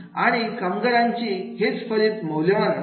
आणि कामगारासाठी हेच फलित मौल्यवान असते